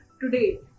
today